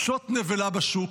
פשוט נבלה בשוק,